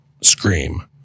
scream